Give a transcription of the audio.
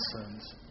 sins